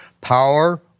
power